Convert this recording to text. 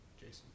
Jason